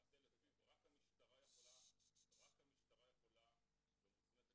שלמעשה לפיו רק המשטרה יכולה ומוסמכת